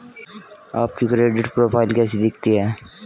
आपकी credit profile कैसी दिखती है?